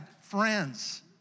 friends